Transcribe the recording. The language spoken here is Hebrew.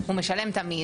הוא משלם תמיד.